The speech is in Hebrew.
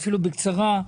אפילו בקצרה,